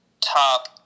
top